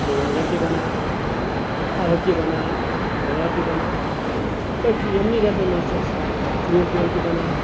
رُوانگن تہِ بَنان اَلہٕ تہِ بَنان لٲر تہِ بَنان أتھۍ یِمنٕے ریٚتن منٛز چھِ اَسہِ ژوٗنٹھ میوٕ تہِ بَنان